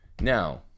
Now